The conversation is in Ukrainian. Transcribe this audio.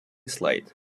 слайд